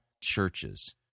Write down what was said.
churches